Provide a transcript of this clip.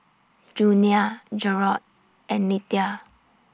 Junia Jerrod and Lethia